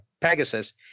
Pegasus